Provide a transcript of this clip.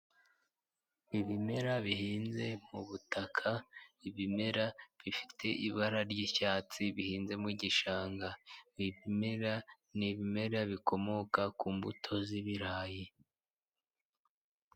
Ibimera bihinze mu butaka, ibimera bifite ibara ry'icyatsi bihinze mu gishanga. Ibimera ni ibimera bikomoka ku mbuto z'ibirayi.